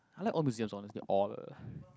I like all museum honestly all